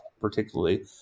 particularly